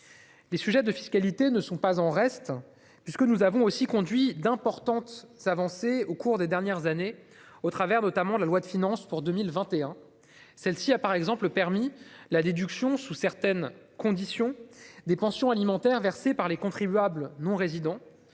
Les sujets de fiscalité ne sont pas en reste, puisque nous avons aussi permis d'importantes avancées au cours des dernières années, notamment au travers de la loi de finances pour 2021. Ce texte a, par exemple, prévu la déduction, sous certaines conditions, des pensions alimentaires versées par les contribuables non-résidents